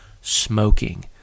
smoking